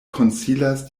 konsilas